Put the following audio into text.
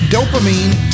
Dopamine